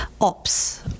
ops